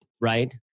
Right